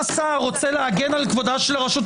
הישיבה ננעלה בשעה